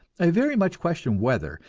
i very much question whether,